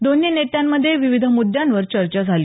दोन्ही नेत्यांमधे विविध मुद्यांवर चर्चा झाली